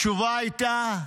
התשובה הייתה: